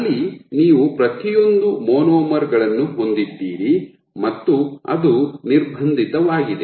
ಅಲ್ಲಿ ನೀವು ಪ್ರತಿಯೊಂದೂ ಮಾನೋಮರ್ ಗಳನ್ನು ಹೊಂದಿದ್ದೀರಿ ಮತ್ತು ಅದು ನಿರ್ಬಂಧಿತವಾಗಿದೆ